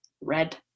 red